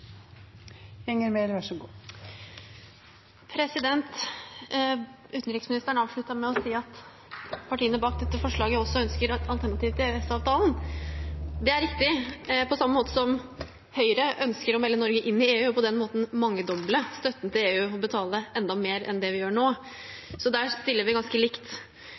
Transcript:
Utenriksministeren avsluttet med å si at partiene bak dette forslaget også ønsker et alternativ til EØS-avtalen. Det er riktig – på samme måte som Høyre ønsker å melde Norge inn i EU og på den måten mangedoble støtten til EU og betale enda mer enn det vi gjør nå. Så der stiller vi ganske likt.